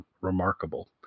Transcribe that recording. remarkable